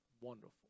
wonderful